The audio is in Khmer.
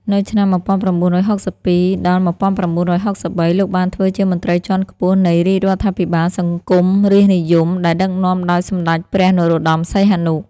នៅឆ្នាំ ១៩៦២ ដល់ ១៩៦៣ លោកបានធ្វើជាមន្រ្តីជាន់ខ្ពស់នៃរាជរដ្ឋាភិបាលសង្គមរាស្រ្តនិយម ដែលដឹកនាំដោយសម្តេចព្រះ នរោត្តម សីហនុ។